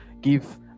give